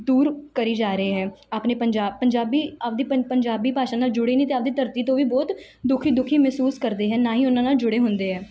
ਦੂਰ ਕਰੀ ਜਾ ਰਹੇ ਹੈ ਆਪਣੇ ਪੰਜਾ ਪੰਜਾਬੀ ਆਪਦੀ ਪੰ ਪੰਜਾਬੀ ਭਾਸ਼ਾ ਨਾਲ ਜੁੜੇ ਨਹੀਂ ਅਤੇ ਆਪਦੀ ਧਰਤੀ ਤੋਂ ਵੀ ਬਹੁਤ ਦੁਖੀ ਦੁਖੀ ਮਹਿਸੂਸ ਕਰਦੇ ਹੈ ਨਾ ਹੀ ਉਹਨਾਂ ਨਾਲ ਜੁੜੇ ਹੁੰਦੇ ਹੈ